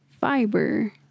fiber